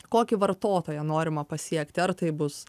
kokį vartotoją norima pasiekti ar tai bus